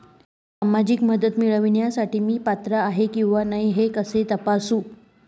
सामाजिक मदत मिळविण्यासाठी मी पात्र आहे किंवा नाही हे कसे तपासू?